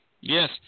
Yes